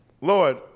Lord